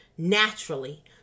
naturally